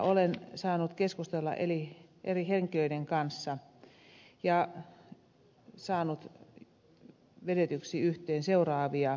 olen saanut keskustella eri henkilöiden kanssa ja saanut vedetyiksi yhteen seuraavia johtopäätöksiä